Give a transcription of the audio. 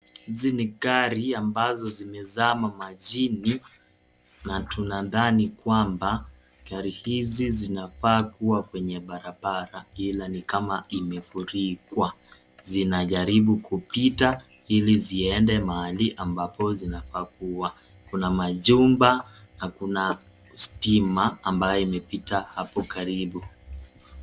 Hizi ni gari ambazo zimezama majini, na tunathani kwamba gari hizi zinafaa kuwa kwenye barabara ila nikama imefurikwa zinajaribu kupita ili ziende mahali ambapo zinafaa kuwa kuna majumba na kuna stima ambayo imepita hapo karibu.